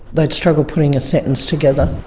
they'd struggle putting a sentence together.